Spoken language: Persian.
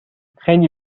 خیلی